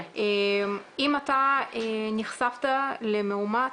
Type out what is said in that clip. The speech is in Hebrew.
אם אתה נחשפת למאומת,